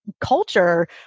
culture